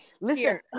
Listen